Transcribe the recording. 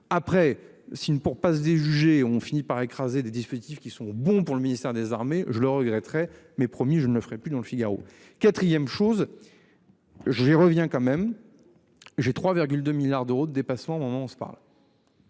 s'ils ne pourront pas se déjuger ont fini par écraser des dispositifs qui sont bons pour le ministère des Armées. Je le regretterai. Mais promis, je ne le ferai plus. Dans Le Figaro 4ème chose. Je reviens quand même. J'ai 3,2 milliards d'euros de dépassement. On se parle.